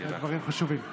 אלה דברים חשובים.